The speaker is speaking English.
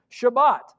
Shabbat